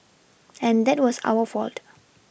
and that was our fault